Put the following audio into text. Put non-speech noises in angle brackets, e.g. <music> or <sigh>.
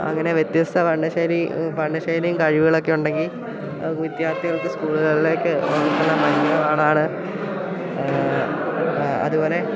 അങ്ങനെ വ്യത്യസ്ത വർണ്ണശൈലി വർണ്ണശൈലിയും കഴിവുകളൊക്കെ ഉണ്ടെങ്കിൽ വിദ്യാർത്ഥികൾക്ക് സ്കൂളുകളിലേക്ക് <unintelligible> ആണ് അതുപോലെ